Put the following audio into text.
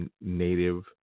native